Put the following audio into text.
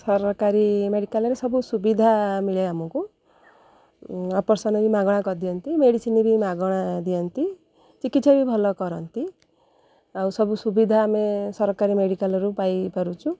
ସରକାରୀ ମେଡ଼ିକାଲ୍ରେ ସବୁ ସୁବିଧା ମିଳେ ଆମକୁ ଅପରେସନ୍ ବି ମାଗଣା କରିଦିଅନ୍ତି ମେଡ଼ିସିନ୍ ବି ମାଗଣା ଦିଅନ୍ତି ଚିକିତ୍ସା ବି ଭଲ କରନ୍ତି ଆଉ ସବୁ ସୁବିଧା ଆମେ ସରକାରୀ ମେଡ଼ିକାଲ୍ରୁ ପାଇପାରୁଛୁ